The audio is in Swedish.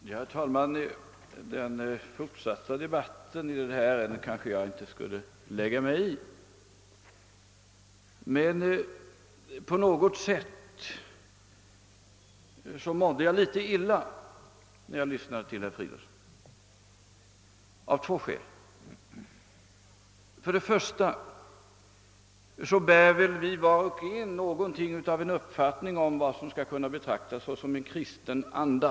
Herr talman! Jag kanske inte skulle lägga mig i den fortsatta debatten i denna fråga, men jag måste säga att jag blev illa berörd när jag lyssnade till herr Fridolfsson i Stockholm. Och jag blev det av två skäl. Först och främst har vi väl alla en uppfattning om vad som skall anses vara kristen anda.